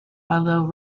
although